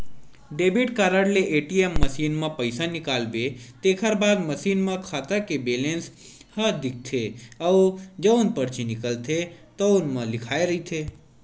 debit card ले ATM machine म पइसा निकालबे तेखर बाद मसीन म खाता के बेलेंस ह दिखथे अउ जउन परची निकलथे तउनो म लिखाए रहिथे